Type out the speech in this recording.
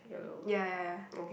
ya ya ya